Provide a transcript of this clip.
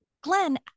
Glenn